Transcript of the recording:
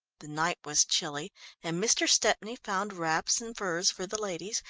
the night was chilly and mr. stepney found wraps and furs for the ladies,